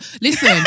Listen